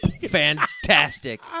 Fantastic